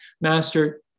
Master